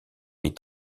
est